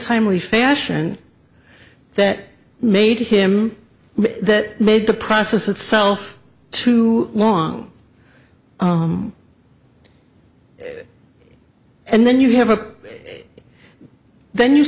timely fashion that made him that made the process itself too long and then you have a then you